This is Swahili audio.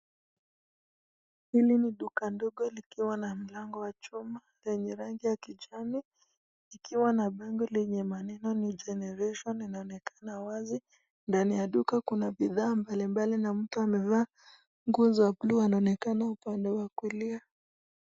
Hili ni duka ndogo likiwa na mlango wa chuma lenye rangi ya kijani likiwa na maneno yenye Generation linaonekana wazi limeandikwa na Kuna bidhaa mbalimbali Kuna mtu amevaa nguo za anaonekana upande wa kulia.